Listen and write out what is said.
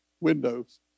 windows